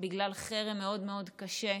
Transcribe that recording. בגלל חרם מאוד מאוד קשה,